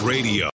Radio